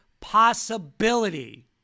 possibility